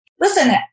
Listen